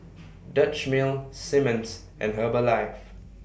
Dutch Mill Simmons and Herbalife